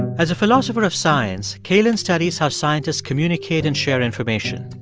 as a philosopher of science, cailin studies how scientists communicate and share information.